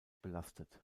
belastet